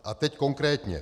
A teď konkrétně.